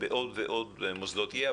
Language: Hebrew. שבעוד ועוד מוסדות זה יהיה,